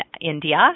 India